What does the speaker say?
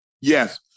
Yes